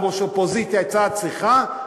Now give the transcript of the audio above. כמו שאופוזיציה הייתה צריכה לעשות,